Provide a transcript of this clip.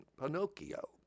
Pinocchio